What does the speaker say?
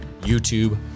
YouTube